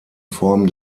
form